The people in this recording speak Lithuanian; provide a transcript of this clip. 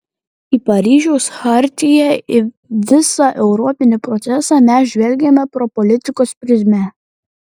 į paryžiaus chartiją į visą europinį procesą mes žvelgiame pro politikos prizmę